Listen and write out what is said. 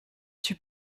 suis